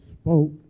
spoke